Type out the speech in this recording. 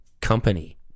company